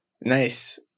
nice